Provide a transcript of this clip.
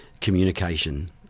communication